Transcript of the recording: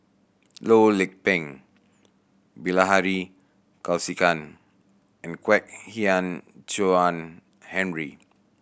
Loh Lik Peng Bilahari Kausikan and Kwek Hian Chuan Henry